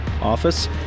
Office